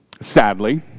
Sadly